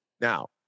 Now